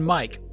Mike